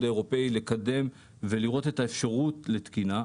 האירופאי לקדם ולראות את האפשרות לתקינה,